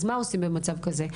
אז מה עושים במצב כזה?